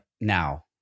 now